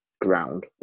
ground